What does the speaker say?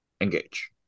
engage